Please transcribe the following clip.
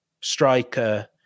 striker